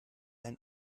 ein